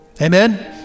Amen